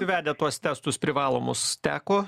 vedė tuos testus privalomus teko